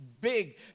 big